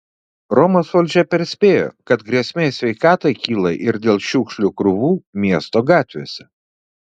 romos valdžia perspėjo kad grėsmė sveikatai kyla ir dėl šiukšlių krūvų miesto gatvėse